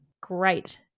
great